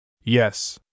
Yes